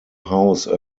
house